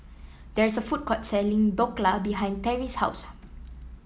there is a food court selling Dhokla behind Terrie's house